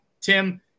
Tim